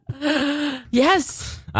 Yes